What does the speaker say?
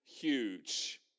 huge